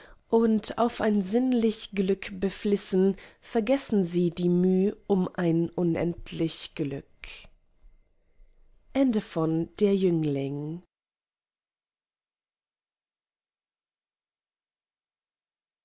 und auf ein sinnlich glück beflissen vergessen sie die müh um ein unendlich glück